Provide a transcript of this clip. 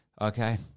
Okay